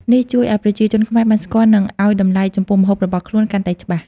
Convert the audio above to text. នេះជួយឲ្យប្រជាជនខ្មែរបានស្គាល់ និងឲ្យតម្លៃចំពោះម្ហូបរបស់ខ្លួនកាន់តែច្បាស់។